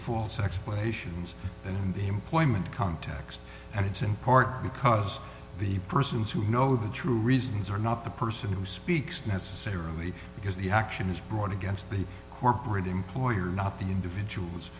false explanations in the employment context and it's in part because the persons who know the true reasons are not the person who speaks necessarily because the action is brought against the corporate employer not the individuals